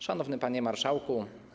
Szanowny Panie Marszałku!